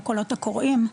ה"קולות הקוראים",